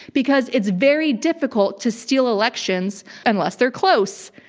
because it's very difficult to steal elections unless they're close.